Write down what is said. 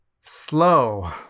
slow